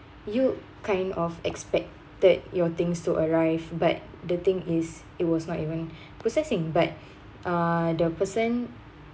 you kind of expect that your things to arrive but the thing is it was not even processing but uh the person